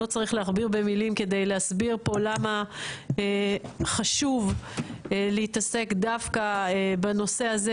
לא צריך להכביר במילים ללה חשוב להתעסק דווקא בנושא הזה